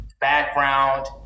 background